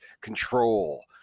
Control